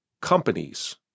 companies